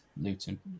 Luton